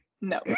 no